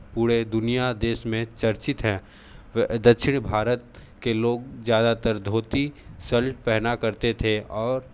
पूरे दुनिया देश में चर्चित हैं वे दक्षिणी भारत के लोग ज़्यादातर धोती शर्ट पहना करते थे और